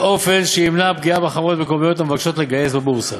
באופן שימנע פגיעה בחברות מקומיות המבקשות לגייס בבורסה.